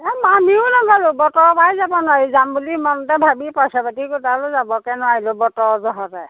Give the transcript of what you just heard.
এই বতৰৰ পৰাই যাব নোৱাৰি যাম বুলি মনতে ভাবি পইচা পাতি গোটালো যাবকে নোৱাৰিলোঁ বতৰ যহতে